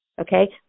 okay